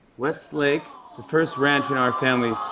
west lake the first ranch in our family.